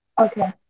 Okay